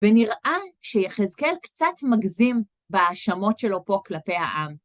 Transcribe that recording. ונראה שיחזקאל קצת מגזים בהאשמות שלו פה כלפי העם.